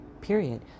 period